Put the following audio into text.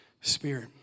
spirit